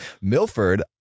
Milford